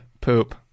poop